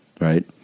right